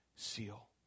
seal